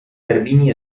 termini